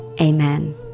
Amen